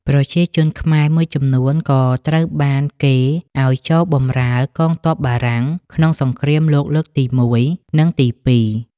ប្រជាជនខ្មែរមួយចំនួនក៏ត្រូវបានកេណ្ឌឱ្យចូលបម្រើ កងទ័ពបារាំង ក្នុងសង្គ្រាមលោកលើកទីមួយ និងទីពីរ។